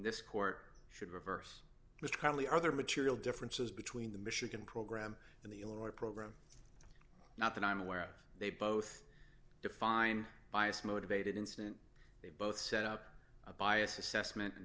this court should reverse mr connelly other material differences between the michigan program and the illinois program not that i'm aware of they both defined bias motivated incident they both set up a bias assessment